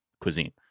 cuisine